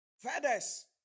Feathers